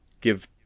give